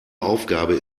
aufgabe